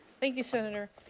thank you, senator.